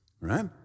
right